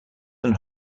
than